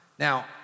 Now